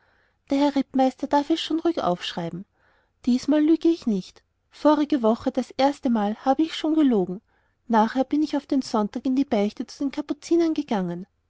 der herr rittmeister darf es schon ruhig aufschreiben diesmal lüge ich nicht vorige woche das erstemal habe ich schon gelogen nachher bin ich auf den sonntag in die beichte zu den kapuzinern gegangen